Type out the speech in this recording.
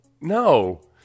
No